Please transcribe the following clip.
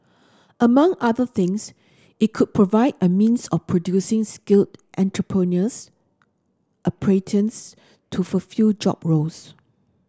among other things it could provide a means of producing skilled to fulfil job roles